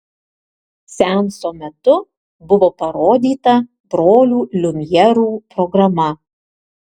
seanso metu buvo parodyta brolių liumjerų programa